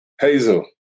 Hazel